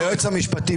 לא טועים - משקרים.